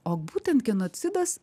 o būtent genocidas